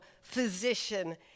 physician